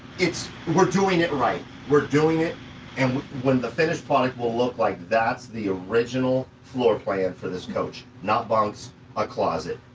it's we're doing it right. we're doing it and when the finished product will look like that's the original floor plan for this coach, not bounce a closet,